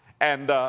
and,